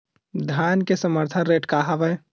धान के समर्थन रेट का हवाय?